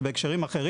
ובהקשרים אחרים,